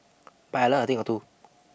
but I learnt a thing or two